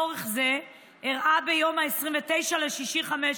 הדוגמה הבולטת ביותר לצורך זה אירעה ביום 29 ביוני 2015,